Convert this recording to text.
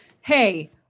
hey